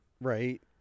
right